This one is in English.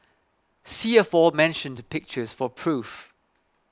see aforementioned pictures for proof